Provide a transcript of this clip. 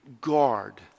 guard